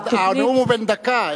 הנאום הוא בן דקה.